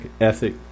ethic